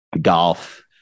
golf